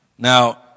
Now